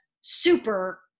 super